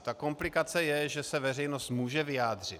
Ta komplikace je, že se veřejnost může vyjádřit.